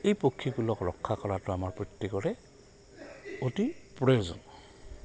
এই পক্ষীকুলক ৰক্ষা কৰাটো আমাৰ প্ৰত্যেকৰে অতি প্ৰয়োজন